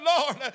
Lord